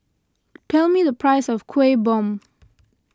tell me the price of Kuih Bom